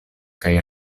kaj